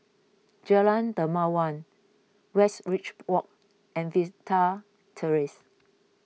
Jalan Dermawan Westridge Walk and Vista Terrace